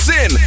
Sin